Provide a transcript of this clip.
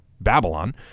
Babylon